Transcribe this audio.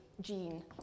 gene